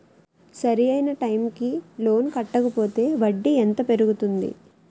సరి అయినా టైం కి లోన్ కట్టకపోతే వడ్డీ ఎంత పెరుగుతుంది?